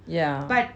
yeah